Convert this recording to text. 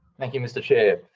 thank you, mr chair